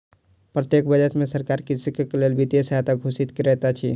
प्रत्येक बजट में सरकार कृषक के लेल वित्तीय सहायता घोषित करैत अछि